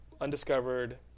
undiscovered